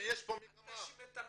אל תאשים את הממשלה,